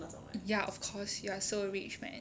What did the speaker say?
ya of course you are so rich man